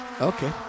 okay